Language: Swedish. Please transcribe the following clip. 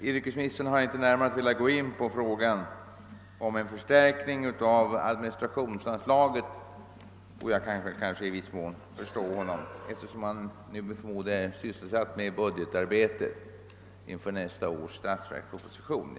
Inrikesministern har inte velat gå närmare in på frågan om en förstärkning av administrationsanslaget, och jag kan i viss mån förstå honom, eftersom han nu är sysselsatt med budgetarbete inför nästa års statsverksproposition.